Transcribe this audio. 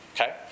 Okay